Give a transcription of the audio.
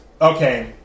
okay